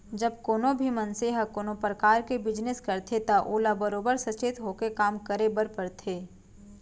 जब कोनों भी मनसे ह कोनों परकार के बिजनेस करथे त ओला बरोबर सचेत होके काम करे बर परथे